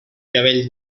cabells